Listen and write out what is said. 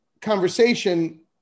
conversation